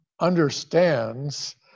understands